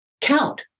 count